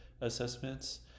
assessments